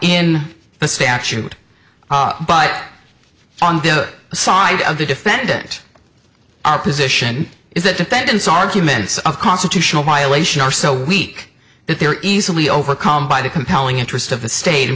in the statute but on the side of the defendant our position is that defendants arguments of constitutional violation are so weak that they're easily overcome by the compelling interest of the state